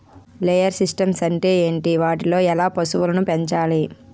Layer systems అంటే ఏంటి? వాటిలో ఎలా పశువులను పెంచాలి?